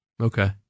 Okay